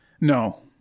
no